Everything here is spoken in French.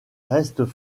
restent